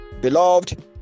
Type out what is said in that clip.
beloved